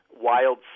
wild